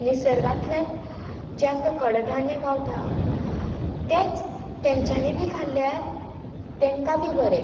निसर्गांतल्यान जे आमकां कडधान्य गावता तेंच तेंच्यांनी बी खाल्ल्यार तांकां बी बरें